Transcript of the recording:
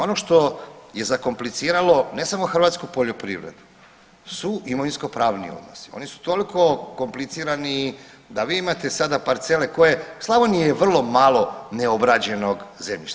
Ono što je zakompliciralo ne samo hrvatsku poljoprivredu, su imovinsko-pravni odnosi oni su toliko komplicirani da vi imate sada parcele koje, u Slavoniji je vrlo malo neobrađenog zemljišta.